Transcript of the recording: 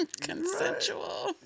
Consensual